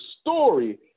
story